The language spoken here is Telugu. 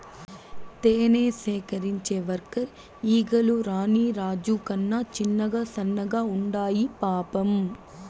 తేనె సేకరించే వర్కర్ ఈగలు రాణి రాజు కన్నా చిన్నగా సన్నగా ఉండాయి పాపం